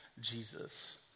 Jesus